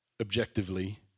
objectively